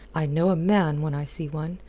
i know a man when i see one,